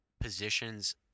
positions